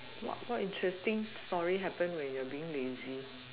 what what interesting story happen when you are being lazy